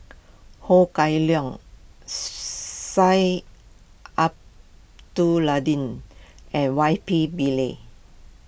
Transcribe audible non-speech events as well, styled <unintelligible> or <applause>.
Ho Kah Leong <unintelligible> and Y P Pillay